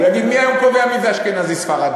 והוא יגיד: מי היום קובע מי זה אשכנזי וספרדי?